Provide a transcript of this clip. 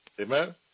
Amen